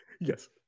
Yes